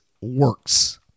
works